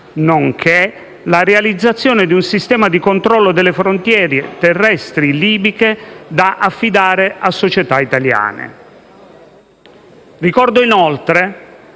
nonché la realizzazione di un sistema di controllo delle frontiere terrestri libiche da affidare a società italiane. Ricordo inoltre